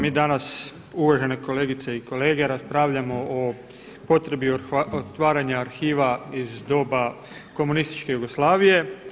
Mi danas uvažene kolegice i kolege raspravljamo o potrebi otvaranja arhiva iz doba komunističke Jugoslavije.